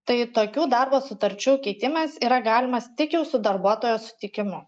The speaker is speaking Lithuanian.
tai tokių darbo sutarčių keitimas yra galimas tik jau su darbuotojo sutikimu